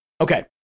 okay